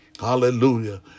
hallelujah